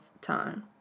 time